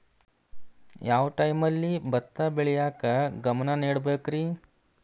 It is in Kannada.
ಯಾವ್ ಟೈಮಲ್ಲಿ ಭತ್ತ ಬೆಳಿಯಾಕ ಗಮನ ನೇಡಬೇಕ್ರೇ?